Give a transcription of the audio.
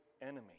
enemy